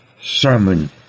sermon